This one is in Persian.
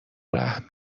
رحم